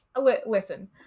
Listen